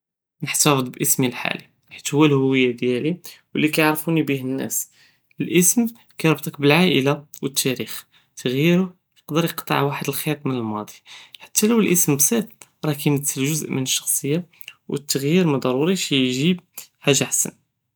נחתפז באסמי אלחאלי חית הו האלויה דיאלי ולי קיערפוני ביה אלנאס, אלאסם קירבטכ בלעאילה ואלתאריח, ת'ג'ירוה יכדר יקטע ואחד אלח'ית מן אלמאדי חתא לו אלאסם סאת ראה ימתל ואחד אלג'וזא מאלשחסיה ואלת'ג'יר ראה מא דרורי יג'יב חאג'ה אחסן.